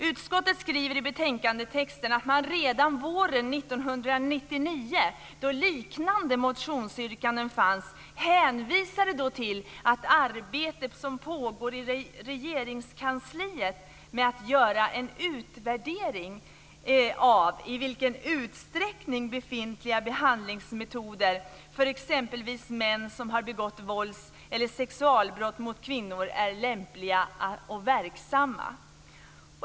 Utskottet skriver i betänkandet att man redan våren 1999, då liknande motionsyrkanden fanns, hänvisade till att arbetet som pågar i Regeringskansliet med att göra en utvärdering av i vilken utsträckning befintliga behandlingsmetoder för exempelvis män som har begått vålds eller sexualbrott mot kvinnor är lämpliga och verksamma.